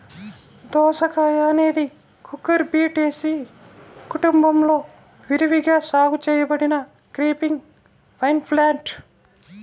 దోసకాయఅనేది కుకుర్బిటేసి కుటుంబంలో విరివిగా సాగు చేయబడిన క్రీపింగ్ వైన్ప్లాంట్